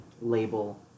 label